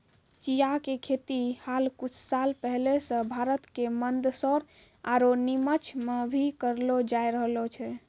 चिया के खेती हाल कुछ साल पहले सॅ भारत के मंदसौर आरो निमच मॅ भी करलो जाय रहलो छै